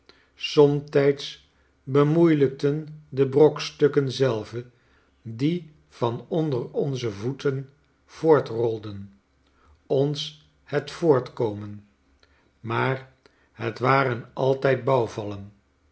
somtijds bemoeielijkten de brokstukken zelve die van onder onze voeten voortrolden ons het voortkomen maar het waren altijd